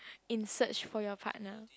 in search for your partner